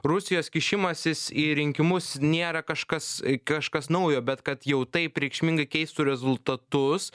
rusijos kišimasis į rinkimus nėra kažkas kažkas naujo bet kad jau taip reikšmingai keistų rezultatus